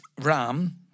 Ram